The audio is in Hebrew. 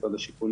משרד השיכון,